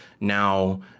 now